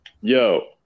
Yo